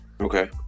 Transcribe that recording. Okay